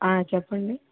చెప్పండి